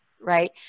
right